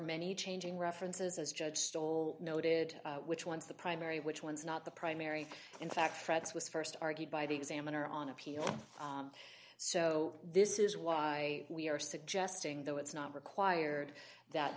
many changing references as judge stoll noted which ones the primary which ones not the primary in fact frats was st argued by the examiner on appeal so this is why we are suggesting though it's not required that